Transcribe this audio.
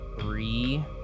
three